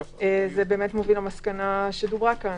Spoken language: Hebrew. זה מוביל למסקנה הברורה כאן,